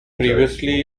previously